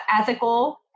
ethical